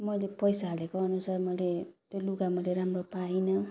मैले पैसा हालेको अनुसार मैले त्यो लुगा मैले राम्रो पाइनँ